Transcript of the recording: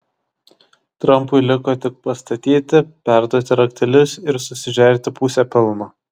trampui liko tik pastatyti perduoti raktelius ir susižerti pusę pelno